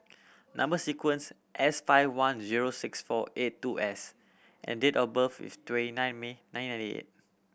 number sequence S five one zero six four eight two S and date of birth is twenty nine May